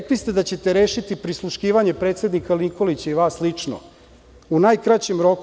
Rekli ste da ćete rešiti prisluškivanje predsednika Nikolića i vas lično u najkraćem roku.